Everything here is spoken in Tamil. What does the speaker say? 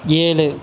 ஏழு